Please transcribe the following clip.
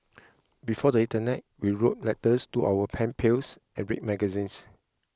before the internet we wrote letters to our pen pals and read magazines